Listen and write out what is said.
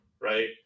Right